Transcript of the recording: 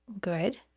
Good